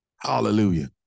Hallelujah